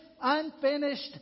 unfinished